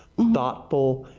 thoughtful,